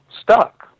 stuck